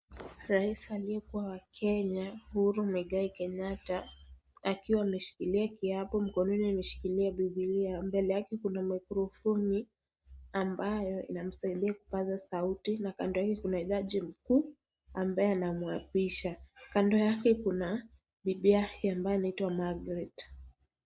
Rais aliyekuwa wa Kenya Uhuru Muigai Kenyatta akiwa ameshikilia kiapo mkononi ameshilika bibilia mbele yake kuna maikrofoni ambayo inamsaidia kupaza sauti na kando yake kuna jaji mkuu ambaye anamwapisha kando yake bibi yake ambaye anaitwa Margaret .